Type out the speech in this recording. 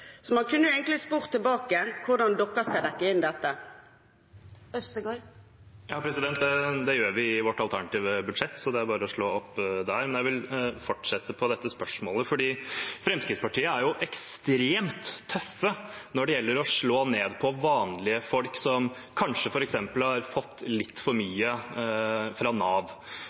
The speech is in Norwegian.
Man kunne egentlig spurt tilbake hvordan de skal dekke inn dette. Det gjør vi i vårt alternative budsjett, det er bare å slå opp der. Jeg vil fortsette på dette spørsmålet fordi Fremskrittspartiet er ekstremt tøffe når det gjelder å slå ned på vanlige folk som f.eks. kanskje har fått litt for mye fra Nav,